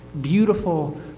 beautiful